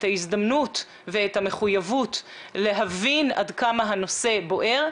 ההזדמנות ואת המחויבות להבין עד כמה הנושא בוער,